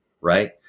right